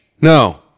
No